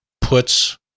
puts